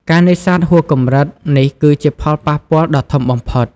ការនេសាទហួសកម្រិត នេះគឺជាផលប៉ះពាល់ដ៏ធំបំផុត។